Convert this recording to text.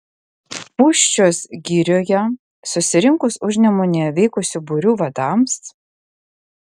pūščios girioje susirinkus užnemunėje veikusių būrių vadams